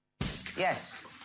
Yes